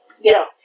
Yes